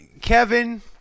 Kevin